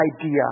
idea